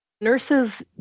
Nurses